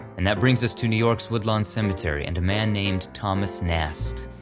and that brings us to new york's woodlawn cemetery, and a man named thomas nast.